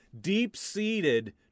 deep-seated